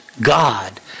God